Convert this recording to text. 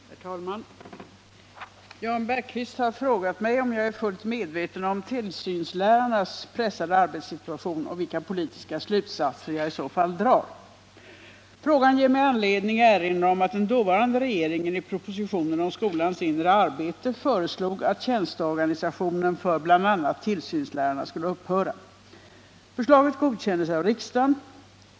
Herr talman! Jan Bergqvist har frågat mig om jag är fullt medveten om tillsynslärarnas pressade arbetssituation och vilka politiska slutsatser jag i så fall drar. Frågan ger mig anledning erinra om att den dåvarande regeringen i propositionen om skolans inre arbete m.m. föreslog att tjänsteorganisationen för bl.a. tillsynslärarna skulle upphöra. Förslaget godkändes av riksdagen .